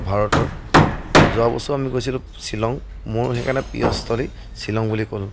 ভাৰতৰ যোৱা বছৰ আমি গৈছিলোঁ শ্বিলং মোৰ সেইকাৰণে প্ৰিয়স্থলী শ্বিলং বুলি ক'লোঁ